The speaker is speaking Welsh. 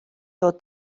dod